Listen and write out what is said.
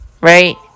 Right